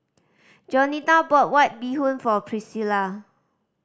Jaunita bought White Bee Hoon for Pricilla